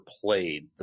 played